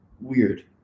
weird